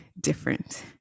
different